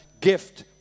gift